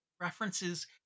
references